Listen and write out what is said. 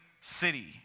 city